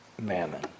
mammon